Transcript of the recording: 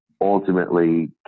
ultimately